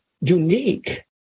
unique